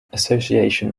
association